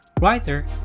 writer